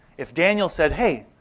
if daniel said, hey,